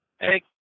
Hey